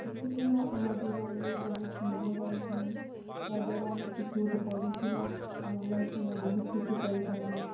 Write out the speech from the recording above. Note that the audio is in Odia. ଶିକ୍ଷିତ୍ ହେବା ଆମର୍ ଜୀବନରେ ବହୁତ୍ ମୂଲ୍ୟବାନ୍ ଜିନିଷ୍ ଯାଦ୍ୱାରା ଆମେ କିଛି ଗୁଟେ ପଢ଼ିଥିଲେ ଆମ ଲାଇଫ୍ନେ ବହୁତ୍ କିଛି କରିପାରମା